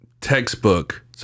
textbook